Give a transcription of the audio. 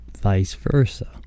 vice-versa